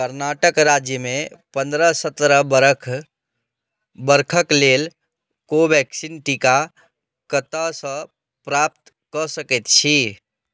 कर्नाटक राज्यमे पनरह सतरह बरख बरखके लेल कोवैक्सीन टीका कतऽसँ प्राप्त कऽ सकै छी